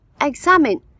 examine